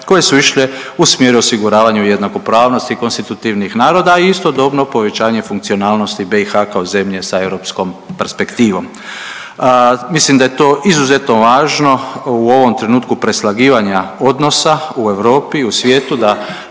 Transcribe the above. koje su išle u smjeru osiguranja u jednakopravnosti konstitutivnih naroda, a istodobno povećanje funkcionalno BiH kao zemlje sa europskom perspektivom. Mislim da je to izuzetno važno u ovom trenutku preslagivanja odnosa u Europi i u svijetu da